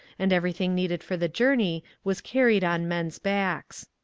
and everything needed for the journey was carried on men's backs.